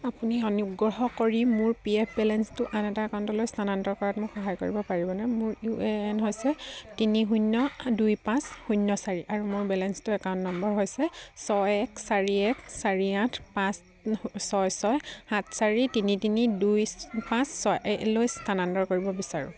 আপুনি অনুগ্ৰহ কৰি মোৰ পি এফ বেলেন্সটো আন এটা একাউণ্টলৈ স্থানান্তৰ কৰাত মোক সহায় কৰিব পাৰিবনে মোৰ ইউ এ এন হৈছে তিনি শূন্য দুই পাঁচ শূন্য চাৰি আৰু মই বেলেন্সটো একাউণ্ট নম্বৰ হৈছে ছয় এক চাৰি এক চাৰি আঠ পাঁচ ছয় ছয় সাত চাৰি তিনি তিনি দুই পাঁচ ছয়লৈ স্থানান্তৰ কৰিব বিচাৰোঁ